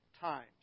times